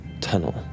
tunnel